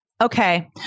Okay